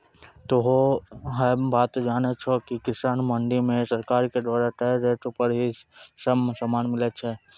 तोहों है बात जानै छो कि किसान मंडी मॅ सरकार के द्वारा तय रेट पर ही सब सामान मिलै छै